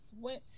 went